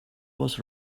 was